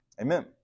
Amen